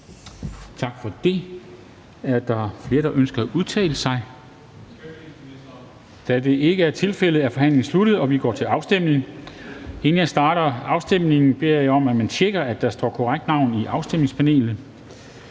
Tak for det. Er der flere, der ønsker at udtale sig? Da det ikke er tilfældet, er forhandlingen sluttet, og vi går til afstemning. Kl. 14:38 Afstemning Formanden (Henrik Dam Kristensen): Inden jeg starter afstemningen, beder jeg om, at man tjekker, at der står korrekt navn i afstemningspanelet.